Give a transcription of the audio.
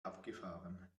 abgefahren